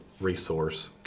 resource